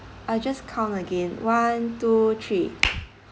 I just count again one two three